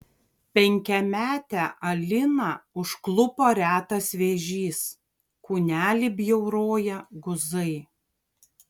penkiametę aliną užklupo retas vėžys kūnelį bjauroja guzai